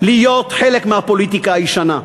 להיות חלק מהפוליטיקה הישנה.